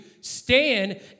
stand